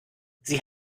sie